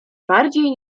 bardziej